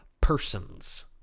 persons